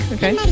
Okay